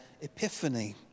epiphany